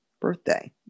birthday